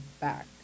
back